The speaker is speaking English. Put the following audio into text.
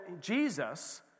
Jesus